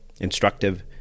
instructive